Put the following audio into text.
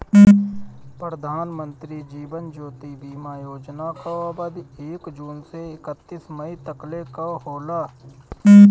प्रधानमंत्री जीवन ज्योति बीमा योजना कअ अवधि एक जून से एकतीस मई तकले कअ होला